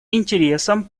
интересам